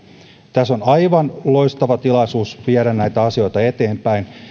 tässä on aivan loistava tilaisuus viedä näitä asioita eteenpäin